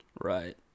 Right